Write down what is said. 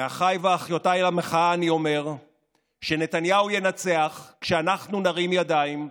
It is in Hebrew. לאחיי ואחיותיי למחאה אני אומר שנתניהו ינצח כשאנחנו נרים ידיים,